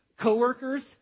Co-workers